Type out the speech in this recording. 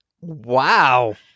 Wow